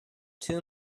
two